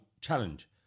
challenge